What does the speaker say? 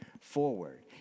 forward